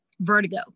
vertigo